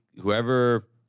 whoever